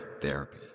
Therapy